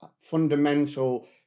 fundamental